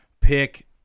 pick